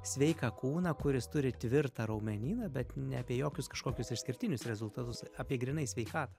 sveiką kūną kuris turi tvirtą raumenyną bet ne apie jokius kažkokius išskirtinius rezultatus apie grynai sveikatą